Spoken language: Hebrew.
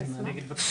כן, אני אגיד בקצרה.